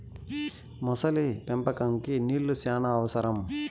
మొసలి పెంపకంకి నీళ్లు శ్యానా అవసరం